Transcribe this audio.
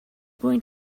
going